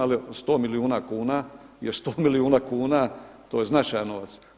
Ali 100 milijuna kuna je 100 milijuna kuna, to je značajan novac.